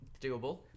doable